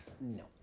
No